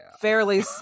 fairly